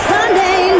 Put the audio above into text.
Sunday